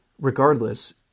Regardless